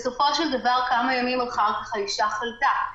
בסופו של דבר כמה ימים אחר כך האישה חלתה,